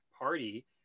party